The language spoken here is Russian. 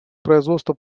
производство